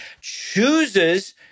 chooses